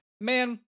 man